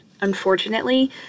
Unfortunately